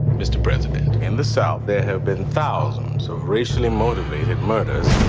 mr. president. in the south, there have been thousands of racially motivated murders.